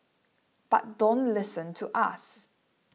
but don't listen to us